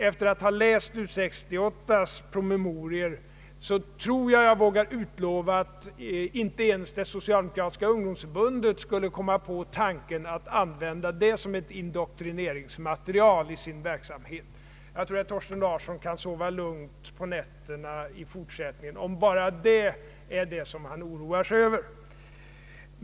Efter att ha läst U 68:s promemorior tror jag att jag vågar utlova att inte ens det Socialdemokratiska ungdomsförbundet skulle komma på tanken att använda dem som indoktrineringsmaterial i sin verksamhet. Herr Thorsten Larsson kan sova gott om nätterna i fortsättningen, om det bara är detta som han oroar sig över.